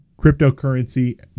cryptocurrency